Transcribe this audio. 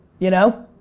you know?